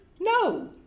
no